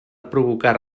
provocar